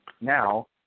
now